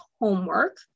homework